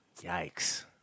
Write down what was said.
Yikes